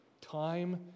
time